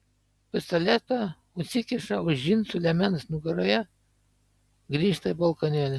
pistoletą užsikiša už džinsų liemens nugaroje grįžta į balkonėlį